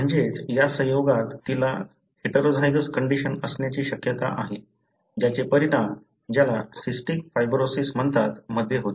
म्हणजेच या संयोगात तिला हेटेरोझायगस कंडिशन असण्याची शक्यता आहे ज्याचे परिणाम ज्याला सिस्टिक फायब्रोसिस म्हणतात मध्ये होते